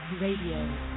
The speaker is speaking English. Radio